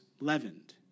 leavened